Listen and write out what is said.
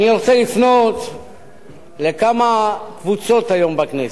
אני רוצה לפנות לכמה קבוצות היום בכנסת,